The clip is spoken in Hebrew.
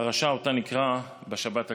הפרשה שנקרא בשבת הקרובה.